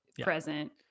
present